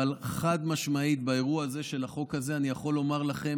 אבל חד-משמעית באירוע של החוק הזה אני יכול לומר לכן,